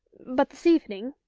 but this evening,